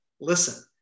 Listen